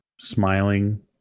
smiling